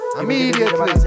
immediately